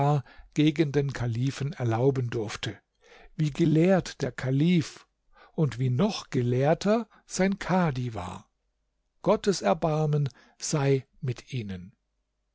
gegen den kalifen erlauben durfte wie gelehrt der kalif und wie noch gelehrter sein kadhi war gottes erbarmen sei mit ihnen